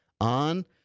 On